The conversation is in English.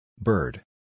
Bird